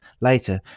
later